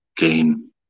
game